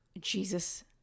Jesus